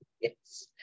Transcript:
Yes